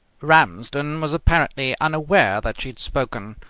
ramsden was apparently unaware that she had spoken.